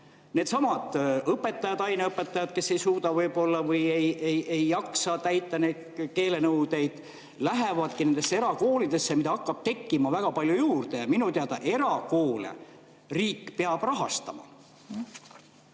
needsamad õpetajad, aineõpetajad, kes võib-olla ei suuda või ei jaksa täita neid keelenõudeid, lähevadki nendesse erakoolidesse, mida hakkab tekkima väga palju juurde? Ja minu teada erakoole riik peab rahastama.